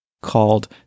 called